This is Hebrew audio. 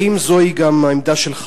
האם זו גם העמדה שלך?